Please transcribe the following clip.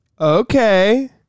okay